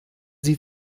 sie